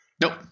Nope